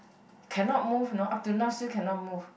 cannot move you know up till now still cannot move